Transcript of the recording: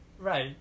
Right